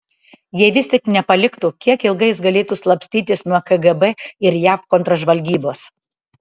jei vis tik nepaliktų kiek ilgai jis galėtų slapstytis nuo kgb ir jav kontržvalgybos